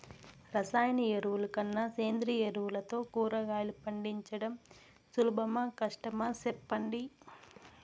రసాయన ఎరువుల కన్నా సేంద్రియ ఎరువులతో కూరగాయలు పండించడం సులభమా కష్టమా సెప్పండి